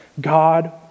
God